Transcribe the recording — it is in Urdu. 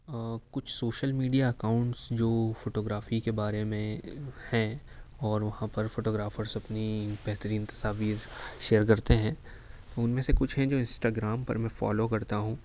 کچھ سوشل میڈیا اکاؤنٹس جو فوٹو گرافی کے بارے میں ہیں اور وہاں پر فوٹو گرافرس اپنی بہترین تصاویر شیئر کرتے ہیں ان میں سے کچھ ہیں جو انسٹا گرام پر میں فالو کرتا ہوں